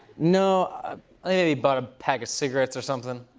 no. ah i mean and he bought a pack of cigarettes or something.